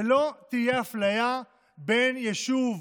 ולא תהיה אפליה בין יישוב